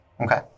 Okay